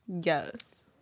Yes